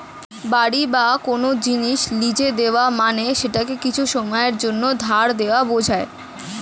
বাড়ি বা কোন জিনিস লীজে দেওয়া মানে সেটাকে কিছু সময়ের জন্যে ধার দেওয়া বোঝায়